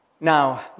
Now